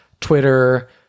Twitter